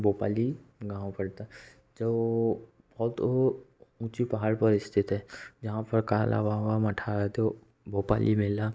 भोपाली गाँव पड़ता है जो बहुत ऊँचे पहाड़ पर स्थित है जहाँ पर काला बाबा मठा रहते वो भोपाली मेला